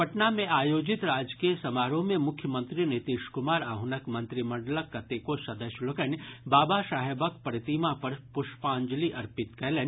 पटना मे आयोजित राजकीय समारोह मे मुख्यमंत्री नीतीश कुमार आ हुनक मंत्रिमंडलक कतेको सदस्य लोकनि बाबा साहेबक प्रतिमा पर पुष्पांजलि अर्पित कयलनि